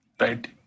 right